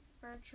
virtual